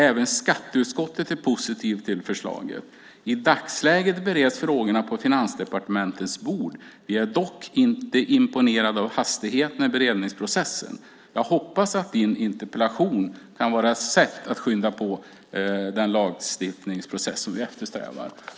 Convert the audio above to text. Även skatteutskottet är positivt till förslagen. I dagsläget bereds frågorna på Finansdepartementets bord. Vi är dock inte imponerade av hastigheten i beredningsprocessen. Jag hoppas att din interpellation kan vara ett sätt att skynda på den lagstiftningsprocess som vi eftersträvar.